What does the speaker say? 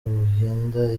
ruhinda